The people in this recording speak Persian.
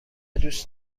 دوست